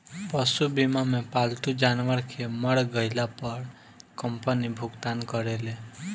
पशु बीमा मे पालतू जानवर के मर गईला पर कंपनी भुगतान करेले